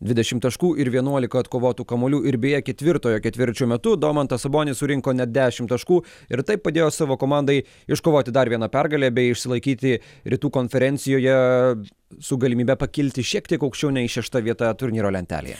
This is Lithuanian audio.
dvidešimt taškų ir vienuolika atkovotų kamuolių ir beje ketvirtojo ketvirčio metu domantas sabonis surinko net dešimt taškų ir taip padėjo savo komandai iškovoti dar vieną pergalę bei išsilaikyti rytų konferencijoje su galimybe pakilti šiek tiek aukščiau nei šešta vieta turnyro lentelėje